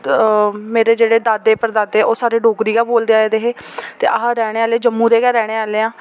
मेरे जेह्ड़े दादे ते परदादे ओह् सारे डोगरी गै बोलदे आए दे हे ते अस रैह्ंने आह्ले जम्मू दे गै न रैह्ने आह्ले आं